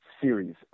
series